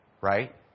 Right